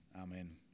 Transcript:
amen